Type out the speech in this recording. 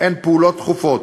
הן פעולות דחופות,